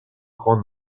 grand